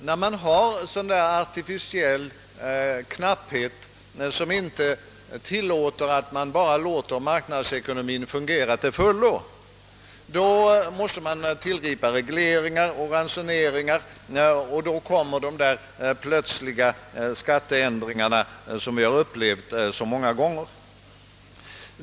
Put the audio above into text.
När man har en sådan artificiell knapphet, som inte medger att man bara låter marknadsekonomien fungera till fullo, måste man tillgripa regleringar och ransoneringar, och då kommer också dessa plötsliga skatteändringar, som vi har upplevt så många gånger.